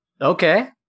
Okay